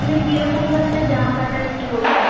আপনি কীরকম ধরনের জামা কাটান একটু বলবেন